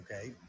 Okay